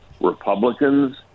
Republicans